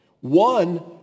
One